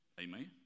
Amen